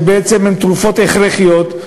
ובעצם אלה תרופות הכרחיות,